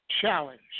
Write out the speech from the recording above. challenge